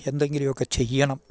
എന്തെങ്കിലും ഒക്കെ ചെയ്യണം